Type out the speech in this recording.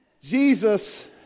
Jesus